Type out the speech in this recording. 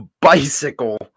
bicycle